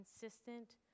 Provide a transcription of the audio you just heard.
consistent